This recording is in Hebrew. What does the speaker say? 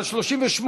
ל-38